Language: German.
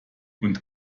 und